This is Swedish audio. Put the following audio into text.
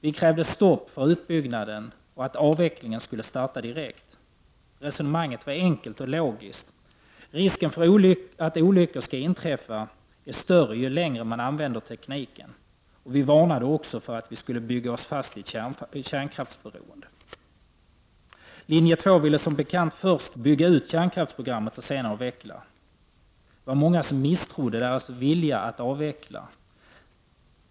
Vi krävde stopp för utbyggnaden och att avvecklingen skulle starta direkt. Resonemanget var enkelt och logiskt: Risken för att olyckor skall inträffa är större ju längre man använder tekniken. Vi varnade också för att vi skulle bygga oss fast i ett kärnkraftsberoende. Företrädarna för linje 2 ville som bekant först bygga ut kärnkraftsprogrammet och sedan avveckla. Det var många som misstrodde deras vilja att avveckla.